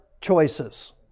choices